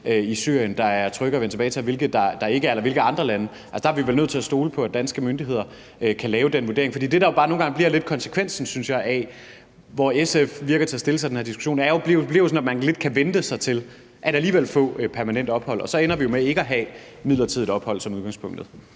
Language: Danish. i Syrien der er trygge at vende tilbage til, og hvilke der ikke er det, og hvilke andre lande der er eller ikke er det. Der er vi vel nødt til at stole på, at danske myndigheder kan lave den vurdering. Det, der bare nogle gange, synes jeg, lidt bliver konsekvensen af, hvordan SF lyder til at stille sig i den her diskussion, bliver, at man lidt så at sige kan vente sig til alligevel at få permanent ophold, og så ender vi jo med ikke at have midlertidigt ophold som udgangspunktet.